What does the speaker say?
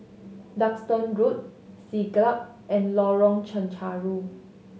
Duxton Road Siglap and Lorong Chencharu